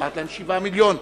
אמרתי להם: 7 מיליון.